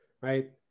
right